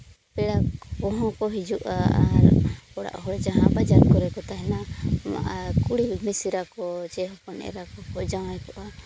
ᱯᱮᱲᱟ ᱠᱚᱦᱚᱸ ᱠᱚ ᱦᱤᱡᱩᱜᱼᱟ ᱟᱨ ᱚᱲᱟᱜ ᱦᱚᱲ ᱡᱟᱦᱟᱸ ᱵᱟᱝ ᱠᱚᱨᱮ ᱠᱚ ᱛᱟᱦᱮᱱᱟ ᱟᱨ ᱠᱩᱲᱤ ᱢᱤᱥᱨᱟ ᱠᱚ ᱥᱮ ᱦᱚᱯᱚᱱ ᱮᱨᱟ ᱠᱚᱠᱚ ᱡᱟᱶᱟᱭ ᱠᱚᱜᱼᱟ